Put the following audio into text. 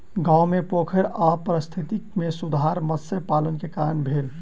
गाम मे पोखैर आ पारिस्थितिकी मे सुधार मत्स्य पालन के कारण भेल